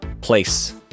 Place